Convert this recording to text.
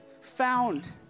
found